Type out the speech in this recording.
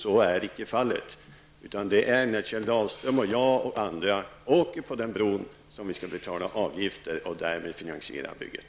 Så är icke fallet, utan det är när Kjell Dahlström, jag och andra åker på bron som vi skall betala avgifter och därmed finansiera bygget.